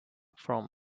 from